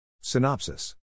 Synopsis